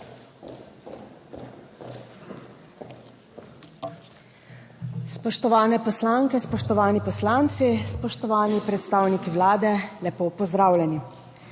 Spoštovane poslanke, spoštovani poslanci, spoštovani predstavniki Vlade, lepo pozdravljeni!